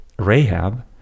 Rahab